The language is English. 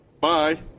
Bye